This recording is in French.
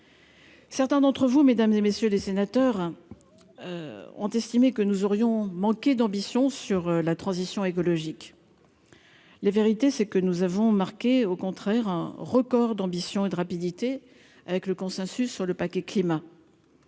Certains d'entre vous, mesdames et messieurs les sénateurs ont estimé que nous aurions manqué d'ambition sur la transition écologique, la vérité c'est que nous avons marqué, au contraire, un record d'ambition et de rapidité avec le consensus sur le paquet